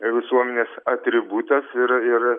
visuomenės atributas ir ir